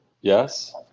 Yes